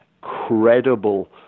credible